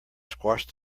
squashed